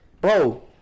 Bro